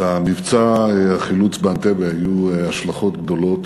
למבצע החילוץ באנטבה היו השלכות גדולות,